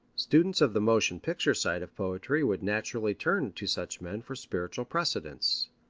students of the motion picture side of poetry would naturally turn to such men for spiritual precedents.